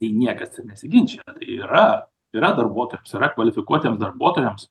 tai niekas ir nesiginčija tai yra yra darbuotojams yra kvalifikuotiems darbuotojams